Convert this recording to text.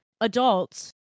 adults